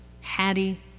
Hattie